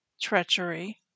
Treachery